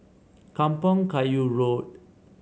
Kampong Kayu Road